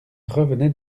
revenait